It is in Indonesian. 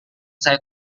saya